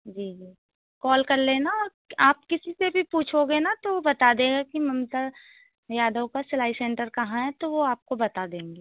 जी जी कॉल कर लेना और कि आप किसी से भी पूछोगे ना तो वो बता देगा कि ममता यादव का सिलाई सेंटर कहाँ है तो वो आपको बता देंगे